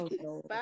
Bye